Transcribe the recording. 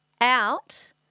out